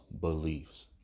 beliefs